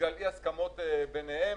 בגלל אי הסכמות ביניהם.